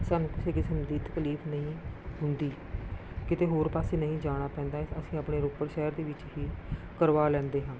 ਸਾਨੂੰ ਕਿਸੇ ਕਿਸਮ ਦੀ ਤਕਲੀਫ ਨਹੀਂ ਹੁੰਦੀ ਕਿਤੇ ਹੋਰ ਪਾਸੇ ਨਹੀਂ ਜਾਣਾ ਪੈਂਦਾ ਅਸੀਂ ਆਪਣੇ ਰੋਪੜ ਸ਼ਹਿਰ ਦੇ ਵਿੱਚ ਹੀ ਕਰਵਾ ਲੈਂਦੇ ਹਾਂ